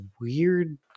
weird